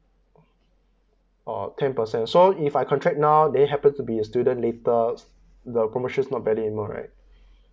orh ten percent so if I contract now then I happened to be a student later the promotion's not valid